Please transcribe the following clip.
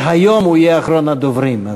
להיום הוא יהיה אחרון הדוברים.